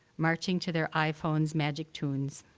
marching to their i-phones' magic tunes.